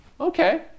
Okay